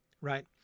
right